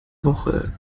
woche